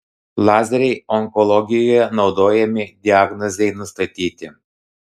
lazeriai onkologijoje naudojami diagnozei nustatyti